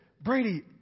Brady